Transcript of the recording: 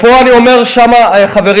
פה אני אומר: חברים